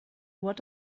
what